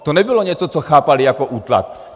To nebylo něco, co chápaly jako útlak.